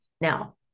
now